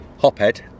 Hophead